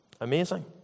Amazing